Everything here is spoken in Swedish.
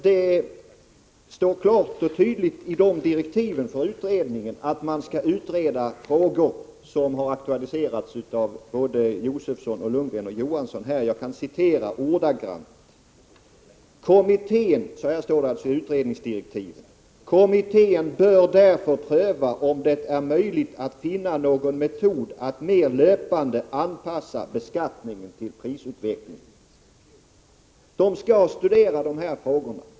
Det står klart och tydligt i direktiven för utredningen att den skall utreda frågor som här aktualiserats av såväl Stig Josefson, Kjell Johansson som Bo Lundgren. Jag kan citera utredningsdirektiven ordagrant: ”Kommittén bör därför pröva om det är möjligt att finna någon metod att mer löpande anpassa beskattningen till prisutvecklingen.” Den skall studera dessa frågor.